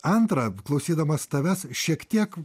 antra klausydamas tavęs šiek tiek